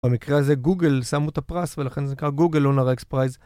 במקרה הזה גוגל שמו את הפרס ולכן זה נקרא גוגל לונר אקס פרייז.